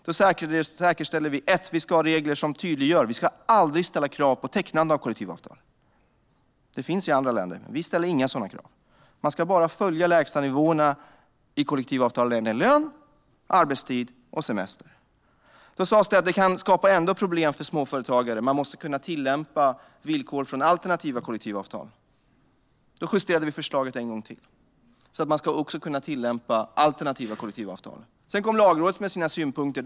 Då säkerställde vi att vi ska ha regler som tydliggör att vi aldrig ska ställa krav på tecknande av kollektivavtal. Det finns i andra länder, men vi ställer inga sådana krav. Man ska bara följa lägstanivåerna i kollektivavtal när det gäller lön, arbetstid och semester. Det sas att det ändå kan skapa problem för småföretagare. Man måste kunna tillämpa villkor från alternativa kollektivavtal. Då justerade vi förslaget en gång till så att man också ska kunna tillämpa alternativa kollektivavtal. Sedan kom Lagrådet med sina synpunkter.